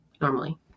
normally